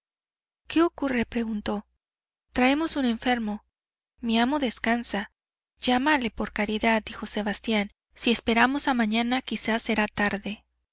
qué ocurre preguntó traemos un enfermo mi amo descansa llámale por caridad dijo sebastián si esperamos a mañana quizá será tarde